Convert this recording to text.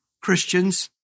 Christians